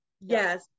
yes